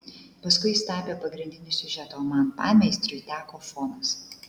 paskui jis tapė pagrindinį siužetą o man pameistriui teko fonas